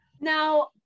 Now